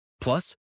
Plus